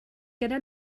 gyda